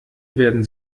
werden